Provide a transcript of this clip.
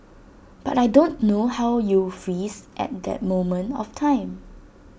but I don't know how you freeze at that moment of time